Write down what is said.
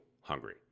hungry